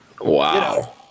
Wow